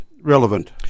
relevant